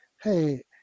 hey